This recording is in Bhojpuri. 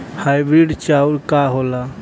हाइब्रिड चाउर का होला?